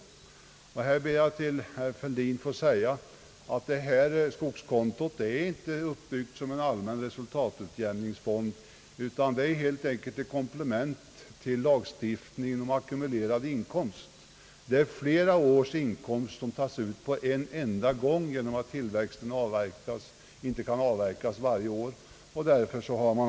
I detta sammanhang ber jag att till herr Fälldin få säga, att skogskontot inte är uppbyggt som en allmän resultaiutjämningsfond utan det är helt enkelt ett komplement till lagstiftningen om ackumulerad inkomst för de fall då flera års inkomst tas ut på en enda gång därför att tillväxten inte kan avverkas varje år.